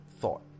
thought